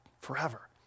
forever